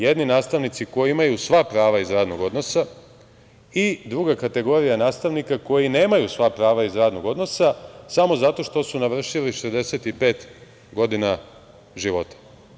Jedni nastavnici koji imaju sva prava iz radnog odnosa i druga kategorija nastavnika koji nemaju sva prava iz radnog odnosa samo zato što su navršili 65 godina života.